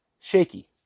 shaky